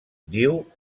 diu